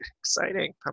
exciting